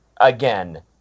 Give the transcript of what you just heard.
again